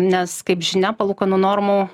nes kaip žinia palūkanų normų